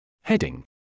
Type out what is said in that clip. Heading